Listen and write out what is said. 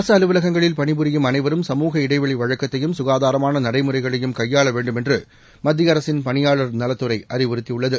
அரசு அலுவலகங்களில் பணிபுரியும் அனைவரும் சமுக இடைவெளி வழக்கத்தையும் சுகாதாரமான நடைமுறைகளையும் கையாள வேண்டும் என்று மத்திய அரசின் பணியாளர் நலத் துறை அறிவுறத்தியுள்ளது